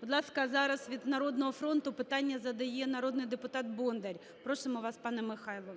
Будь ласка, зараз від "Народного фронту" питання задає народний депутат Бондар. Просимо вас, пане Михайло. 10:31:06